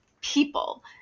people